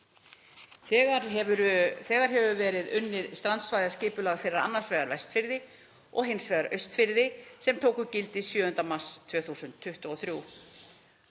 Þegar hefur verið unnið strandsvæðisskipulag fyrir annars vegar Vestfirði og hins vegar Austfirði sem tók gildi 7. mars 2023.